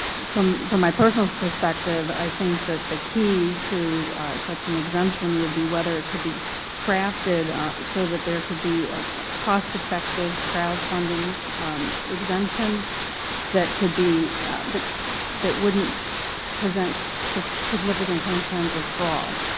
from from my personal perspective i think that the key to such an exemption would be whether it could be crafted so that there could be ah cost effective crowdfunding exemption that could be that wouldn't present significant concerns of fraud.